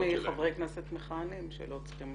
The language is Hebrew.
חוץ מחברי כנסת מכהנים, שלא צריכים